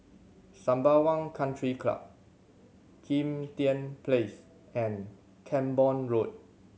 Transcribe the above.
Sembawang Country Club Kim Tian Place and Camborne Road